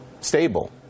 stable